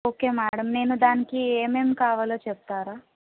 okay madam నేను దానికి ఏమేం కావాలో చెప్తారా